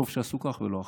טוב שעשו כך ולא אחרת.